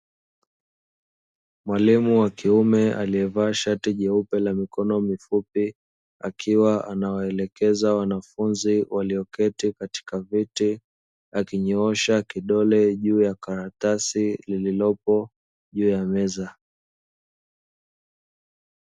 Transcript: Mwalimu wa kiume aliyevaa shati nyeupe na mikono mifupi, akiwa anawaelekeza wanafunzi walioketi katika viti, akinyoosha kidole juu ya karatasi lililopo juu ya meza.